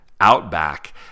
Outback